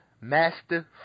Master